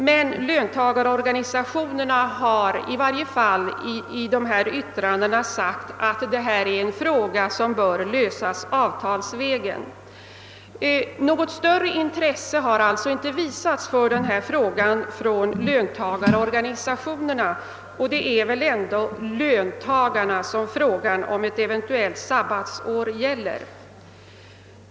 Men löntagarorganisationerna har i varje fall i sina yttranden sagt att detta är en fråga som bör lösas avtalsvägen. Något större intresse för denna fråga har dock inte visats från löntagarorganisationernas sida, och det är väl ändå löntagarna som frågan om ett eventuellt sabbatsår gäller.